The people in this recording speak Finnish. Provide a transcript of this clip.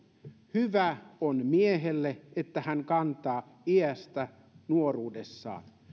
hyvä on miehelle että hän kantaa iestä nuoruudessaan